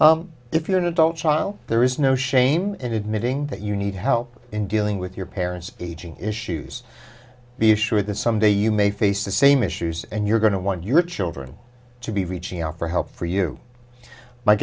here if you are an adult child there is no shame in admitting that you need help in dealing with your parents aging issues be sure that someday you may face the same issues and you're going to want your children to be reaching out for help for you